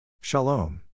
Shalom